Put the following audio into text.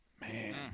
man